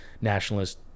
nationalist